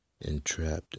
entrapped